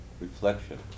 reflection